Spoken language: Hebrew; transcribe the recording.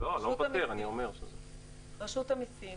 -- רשות המסים